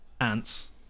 ants